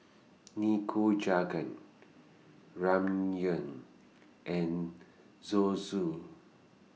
Nikujaga Ramyeon and Zosui